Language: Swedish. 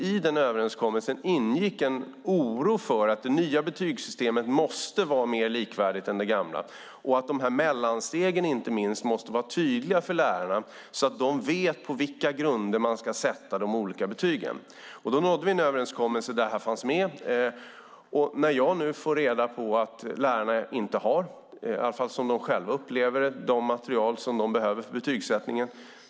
I den överenskommelsen ingick att det nya betygssystemet måste vara mer likvärdigt än det gamla. Inte minst måste de här mellanstegen vara tydliga för lärarna så att de vet på vilka grunder de ska sätta de olika betygen. Vi nådde en överenskommelse där detta fanns med. Nu får jag reda på att lärarna inte har, i alla fall som de själva upplever det, det material som de behöver för betygssättningen.